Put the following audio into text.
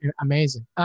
amazing